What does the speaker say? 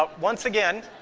um once again.